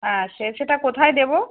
হ্যাঁ সে সেটা কোথায় দেবো